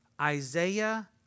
Isaiah